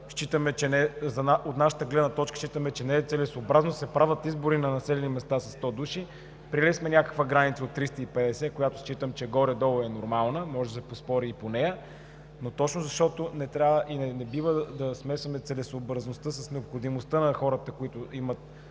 От наша гледна точка считаме, че не е целесъобразно да се правят избори на населени места със 100 души. Приели сме някаква граница от 350, която считам, че горе-долу е нормална, а може да се поспори и по нея. Точно защото не трябва и не бива да смесваме целесъобразността с необходимостта, която хората имат